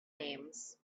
names